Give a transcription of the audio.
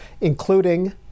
including